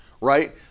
right